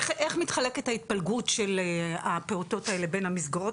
איך מתחלקת ההתפלגות של הפעוטות האלה בין המסגרות